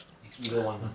is either one lah